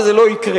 וזה לא יקרה,